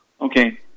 Okay